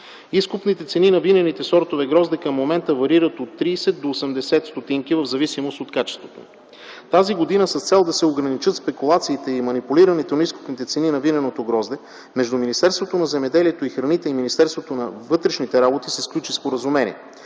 Изкупните цени на винените сортове грозде към момента варират от 30 до 80 стотинки в зависимост от качеството. Тази година с цел да се ограничат спекулациите и манипулирането на изкупните цени на виненото грозде, между Министерството на земеделието и храните и Министерството на вътрешните работи се сключи споразумение.